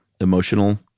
emotional